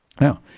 Now